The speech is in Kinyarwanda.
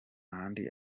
ahandi